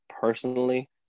personally